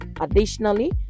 Additionally